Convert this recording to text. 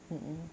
mm mm